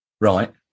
Right